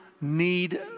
need